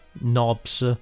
knobs